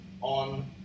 on